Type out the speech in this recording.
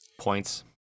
Points